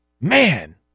man